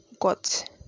got